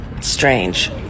Strange